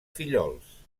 fillols